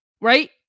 right